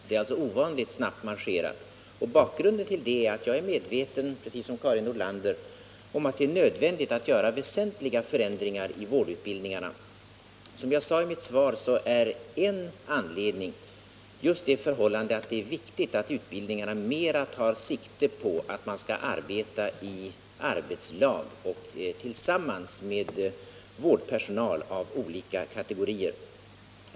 Det är alltså ovanligt snabbt marscherat. Och bakgrunden till det är att jag är medveten om, precis som Karin Nordlander, att det är nödvändigt att göra väsentliga förändringar i vårdutbildningarna. Som jag sade i mitt svar är en anledning just det förhållandet att det är viktigt att utbildningarna mera tar sikte på att man skall arbeta i arbetslag och tillsammans med vårdpersonal av olika kategorier.